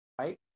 right